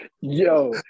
Yo